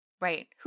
Right